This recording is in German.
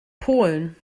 polen